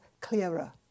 clearer